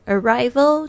Arrival